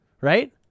right